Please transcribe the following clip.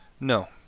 No